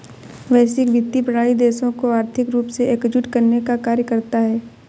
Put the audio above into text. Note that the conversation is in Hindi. वैश्विक वित्तीय प्रणाली देशों को आर्थिक रूप से एकजुट करने का कार्य करता है